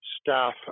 staff